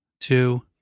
Two